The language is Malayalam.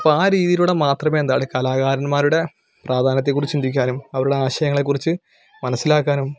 അപ്പം ആ രീതിയിലൂടെ മാത്രമേ എന്താണ് കലാകാരന്മാരുടെ പ്രാധാന്യത്തെ കുറിച്ച് ചിന്തിക്കാനും അവരുടെ ആശയങ്ങളെ കുറിച്ച് മനസ്സിലാക്കാനും